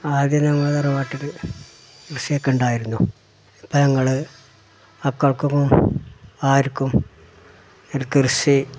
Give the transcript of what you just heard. ആദ്യം നമ്മുടെ തറവാട്ടിൽ കൃഷിയൊക്കെ ഉണ്ടായിരുന്നു ഇപ്പോള് ഞങ്ങള് മക്കൾക്കൊന്നും ആർക്കും നെൽകൃഷി